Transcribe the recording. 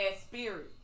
spirit